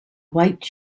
white